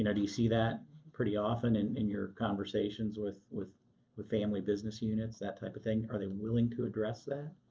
and do you see that pretty often and in your conversations with with family business units, that type of thing? are they willing to address that?